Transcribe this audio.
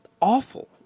awful